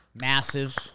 Massive